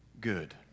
good